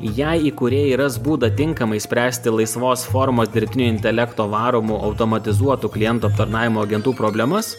jei įkūrėjai ras būdą tinkamai spręsti laisvos formos dirbtinio intelekto varomu automatizuotu klientų aptarnavimo agentų problemas